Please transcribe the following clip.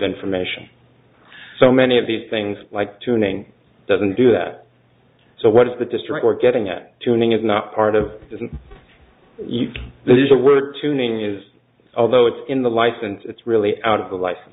information so many of these things like tuning doesn't do that so what is the district or getting at tuning is not part of this is the word tuning is although it's in the license it's really out of the life